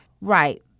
Right